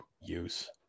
use